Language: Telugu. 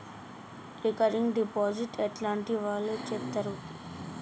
రికరింగ్ డిపాజిట్ ఎట్లాంటి వాళ్లు చేత్తరు?